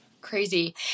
crazy